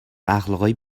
اخلاقای